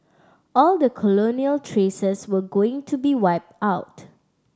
all the colonial traces were going to be wiped out